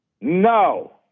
no